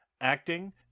acting